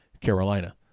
Carolina